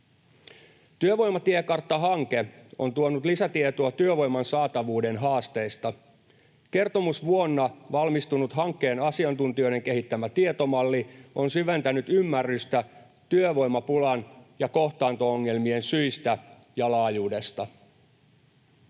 Työvoimatiekartta-hanke on tuonut lisätietoa työvoiman saatavuuden haasteista. Kertomusvuonna valmistunut hankkeen asiantuntijoiden kehittämä tietomalli on syventänyt ymmärrystä työvoimapulan ja kohtaanto-ongelmien syistä ja laajuudesta.